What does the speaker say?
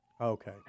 Okay